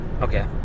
Okay